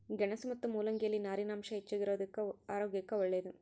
ಗೆಣಸು ಮತ್ತು ಮುಲ್ಲಂಗಿ ಯಲ್ಲಿ ನಾರಿನಾಂಶ ಹೆಚ್ಚಿಗಿರೋದುಕ್ಕ ಆರೋಗ್ಯಕ್ಕೆ ಒಳ್ಳೇದು